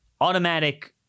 automatic